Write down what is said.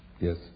Yes